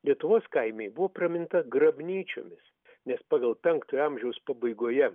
lietuvos kaime ji buvo praminta grabnyčiomis nes pagal penktojo amžiaus pabaigoje